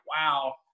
wow